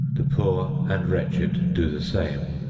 the poor and wretched do the same.